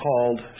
called